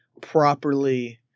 properly